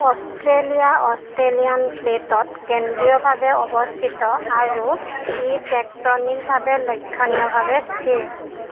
Australia Australian প্লে'টত কেন্দ্ৰীয়ভাৱে অৱস্থিত আৰু ই টেকটনিকভাৱে লক্ষণীয়ভাৱে স্থিৰ